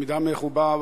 במידה מרובה,